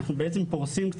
למעשה אנחנו פורסים את